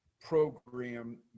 program